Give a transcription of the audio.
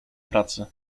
pracy